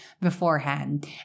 beforehand